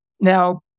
Now